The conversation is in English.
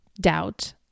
doubt